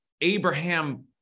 abraham